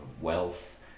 wealth